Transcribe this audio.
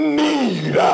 need